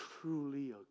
truly